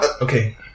okay